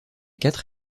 quatre